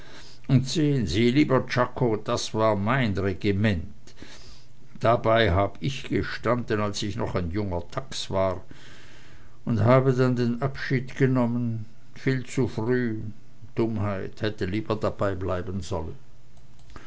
und sehen sie lieber czako das war mein regiment dabei hab ich gestanden als ich noch ein junger dachs war und habe dann den abschied genommen viel zu früh dummheit hätte lieber dabeibleiben sollen